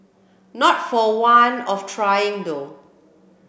not for want of trying though